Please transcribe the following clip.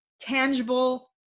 tangible